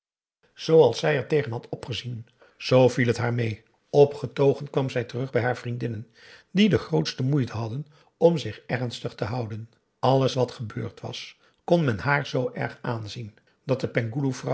zooals zij er tegen had opgezien zoo viel het haar mee opgetogen kwam zij terug bij haar vriendinnen die de grootste moeite hadden om zich ernstig te houden alles wat gebeurd was kon men haar z erg aanzien dat de